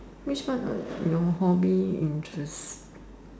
which one of your hobby interest